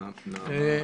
בזום?